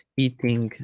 eating